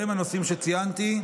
ובהם הנושאים שציינתי,